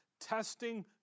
testing